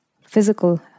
physical